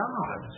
God